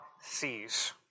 sees